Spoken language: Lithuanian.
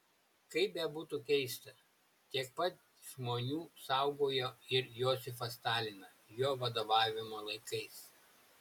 kaip bebūtų keista tiek pat žmonių saugojo ir josifą staliną jo vadovavimo laikais